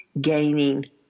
gaining